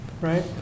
right